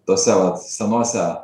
tuose vat senuose